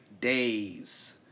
days